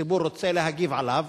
הציבור רוצה להגיב עליו,